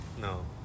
No